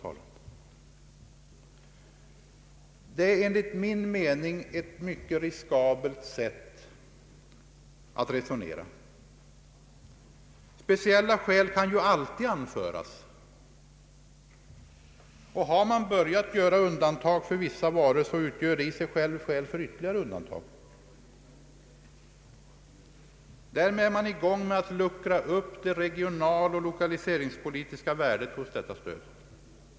Det är enligt min mening ett riskabelt sätt att resonera. Speciella skäl kan man ju alltid åberopa, och har man börjat göra undantag för vissa varor, utgör det i själva verket skäl för ytterligare undantag, och därmed är man på gång med att luckra upp det regionnalpolitiska och lokaliseringspolitiska värdet hos fraktstödet.